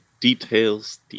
details